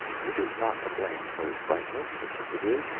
he is not to blame for his brightness, such as it is,